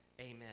Amen